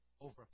over